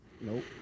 Nope